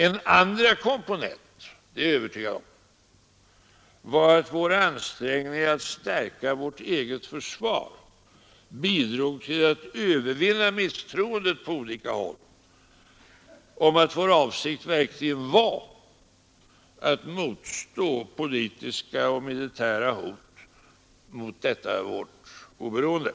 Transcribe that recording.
En andra komponent — det är jag övertygad om — var att våra ansträngningar att stärka vårt eget försvar bidrog till att övervinna misstroendet på olika håll mot att vår avsikt verkligen var att motstå politiska och militära hot mot detta vårt oberoende.